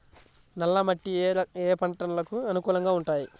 నల్ల మట్టి ఏ ఏ పంటలకు అనుకూలంగా ఉంటాయి?